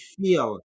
feel